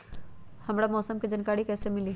हमरा मौसम के जानकारी कैसी मिली?